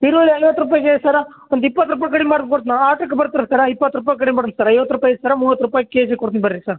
ಈರುಳ್ಳಿ ಐವತ್ತು ರೂಪಾಯಿ ಕೆ ಜಿ ಸರ ಒಂದು ಇಪ್ಪತ್ತು ರೂಪಾಯಿ ಕಡಿಮೆ ಮಾಡಿ ಕೊಟ್ನ ಆಟಕ್ಕೆ ಬರ್ತಾರೆ ಸರ ಇಪ್ಪತ್ತು ರೂಪಾಯಿ ಕಡಿಮೆ ಮಾಡಿನಿ ಸರ ಐವತ್ತು ರೂಪಾಯಿ ಸರ ಮೂವತ್ತು ರೂಪಾಯಿ ಕೆಜಿಗೆ ಕೊಡ್ತಿನಿ ಬನ್ರಿ ಸರ್